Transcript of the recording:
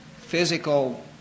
physical